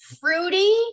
fruity